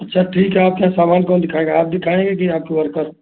अच्छा ठीक है आपके यहाँ सामान कौन दिखाएगा आप दिखाएँगे कि आपके वर्कर